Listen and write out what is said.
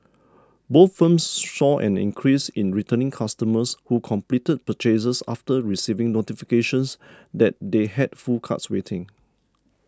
both firms saw an increase in returning customers who completed purchases after receiving notifications that they had full carts waiting